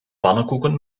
pannenkoeken